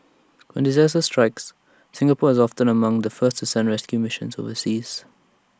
when disaster strikes Singapore is often among the first to send rescue missions overseas